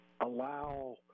allow –